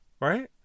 right